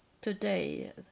today